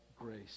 grace